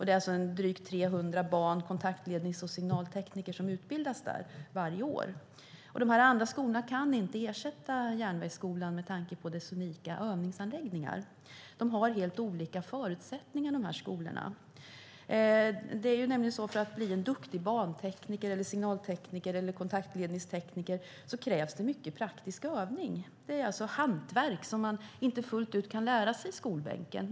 Det är drygt 300 ban-, kontaktlednings och signaltekniker som utbildas där varje år. De andra skolorna kan inte ersätta Järnvägsskolan med tanke på dess unika övningsanläggningar. Skolorna har helt olika förutsättningar. För att bli en duktig bantekniker, signaltekniker eller kontaktledningstekniker krävs det mycket praktisk övning. Det är ett hantverk som man inte kan lära sig fullt ut i skolbänken.